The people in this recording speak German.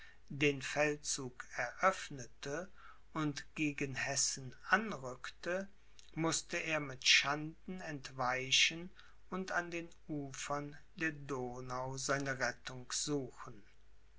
den feldzug eröffnete und gegen hessen anrückte mußte er mit schanden entweichen und an den ufern der donau seine rettung suchen